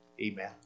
Amen